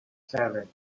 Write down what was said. seven